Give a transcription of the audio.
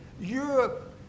Europe